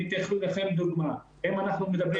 אתן לכם תחום אחר כדוגמה: אם אנחנו מדברים